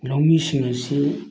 ꯂꯧꯃꯤꯁꯤꯡ ꯑꯁꯤ